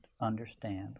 understand